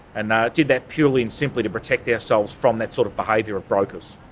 and i did that purely and simply to protect ourselves from that sort of behaviour of brokers.